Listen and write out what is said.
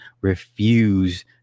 refuse